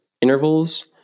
intervals